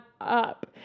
up